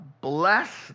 bless